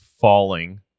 falling